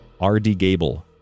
rdgable